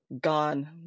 gone